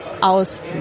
aus